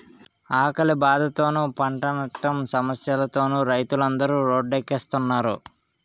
ఆకలి బాధలతోనూ, పంటనట్టం సమస్యలతోనూ రైతులందరు రోడ్డెక్కుస్తున్నారు